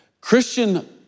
Christian